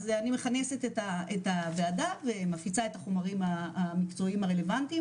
אז אני מכנסת את הוועדה ומפיצה את החומרים המקצועיים הרלוונטיים